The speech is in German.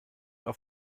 auf